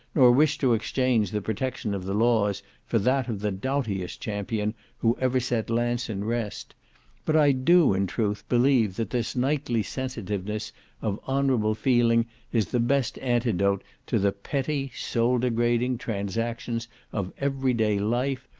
nor wish to exchange the protection of the laws for that of the doughtiest champion who ever set lance in rest but i do, in truth, believe that this knightly sensitiveness of honourable feeling is the best antidote to the petty soul-degrading transactions of every day life,